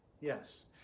Yes